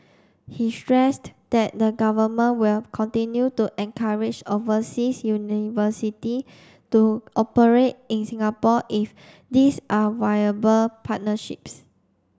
he stressed that the government will continue to encourage overseas university to operate in Singapore if these are viable partnerships